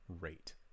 rate